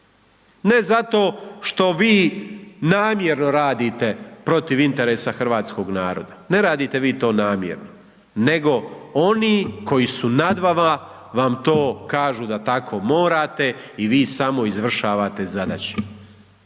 Ne zato što i namjerno radite protiv interesa hrvatskog naroda. Ne radite vi to namjerno nego oni koji su nad vama vam to kažu da tako morate i vi samo izvršavate zadaće.